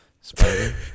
spider